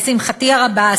לשמחתי הרבה,